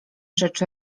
rzecz